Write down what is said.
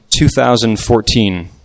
2014